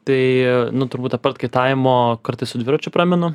tai nu turbūt apart kaitavimo kartais su dviračiu praminu